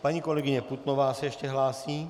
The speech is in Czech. Paní kolegyně Putnová se ještě hlásí.